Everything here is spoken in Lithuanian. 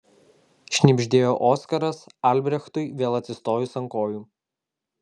šnibždėjo oskaras albrechtui vėl atsistojus ant kojų